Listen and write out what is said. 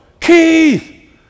Keith